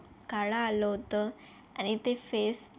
काळं आल होतं आणि ते फेस खूप